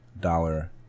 dollar